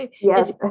Yes